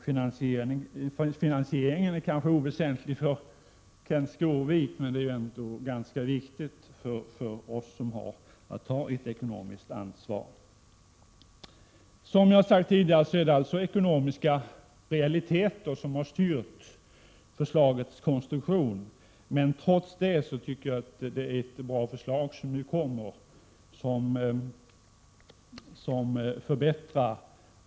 Frågan om finansieringen är kanske oväsentlig för Kenth Skårvik, men den är viktig för oss som har att ta ett ekonomiskt ansvar. Som jag sagt tidigare, är det ekonomiska realiteter som har styrt förslagets konstruktion, men trots det tycker jag att det är ett bra förslag som riksdagen nu har att behandla.